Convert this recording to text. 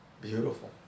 Beautiful